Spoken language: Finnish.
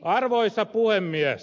arvoisa puhemies